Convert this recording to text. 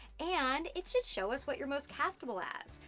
and, it's just show us what you're most castable as.